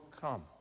come